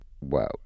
Wow